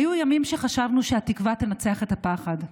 היו ימים שחשבנו שהתקווה תנצח את הפחד.